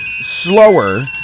slower